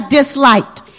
disliked